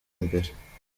imbere